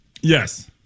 Yes